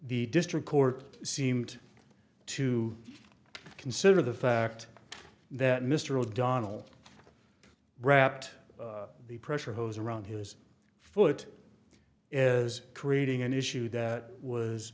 the district court seemed to consider the fact that mr o'donnell wrapped the pressure hose around his foot is creating an issue that was